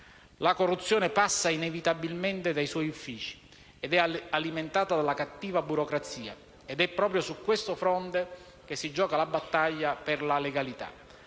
La corruzione passa inevitabilmente dai suoi uffici ed è alimentata dalla cattiva burocrazia. È proprio su questo fronte che si gioca la battaglia per la legalità.